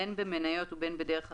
בין במניות ובין בדרך אחרת,